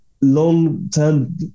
long-term